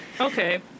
Okay